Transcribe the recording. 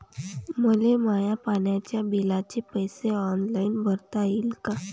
मले माया पाण्याच्या बिलाचे पैसे ऑनलाईन भरता येईन का?